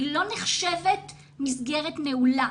היא לא נחשבת מסגרת נעולה.